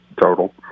total